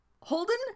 Holden